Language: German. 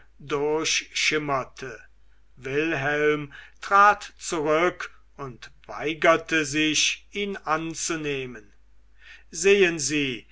durchschimmerte wilhelm trat zurück und weigerte sich ihn anzunehmen sehen sie